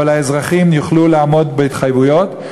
אבל האזרחים יוכלו לעמוד בהתחייבויות,